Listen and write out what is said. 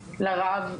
לרב,